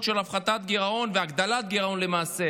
של הפחתת גירעון והגדלת גירעון למעשה